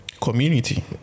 community